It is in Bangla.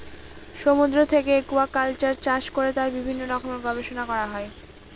সমুদ্র থেকে একুয়াকালচার চাষ করে তার বিভিন্ন রকমের গবেষণা করা হয়